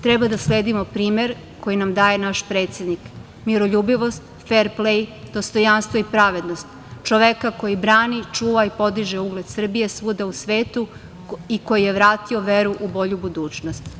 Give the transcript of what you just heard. Treba da sledimo primer koji nam daje naš predsednik – miroljubivost, fer-plej, dostojanstvo, pravednost, čoveka koji brani, čuva i podiže ugled Srbije svuda u svetu i koji je vratio veru u bolju budućnost.